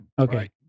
Okay